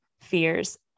fears